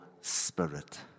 spirit